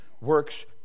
works